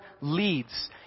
leads